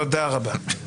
תודה רבה.